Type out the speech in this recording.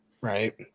right